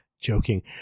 joking